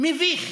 מביך.